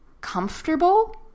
comfortable